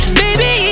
baby